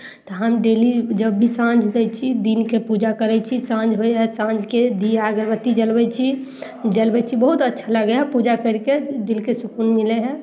तऽ हम डेली जब भी साँझ दै छी दिनके पूजा करय छी साँझ होइ हइ साँझके दिया अगरबत्ती जलबय छी जलबय छी बहुत अच्छा लागय हइ पूजा करिके दिलके सुकून मिलय हइ